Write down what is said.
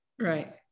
Right